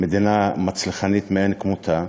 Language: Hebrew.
מדינה מצליחנית מאין כמותה,